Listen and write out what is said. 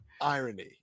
Irony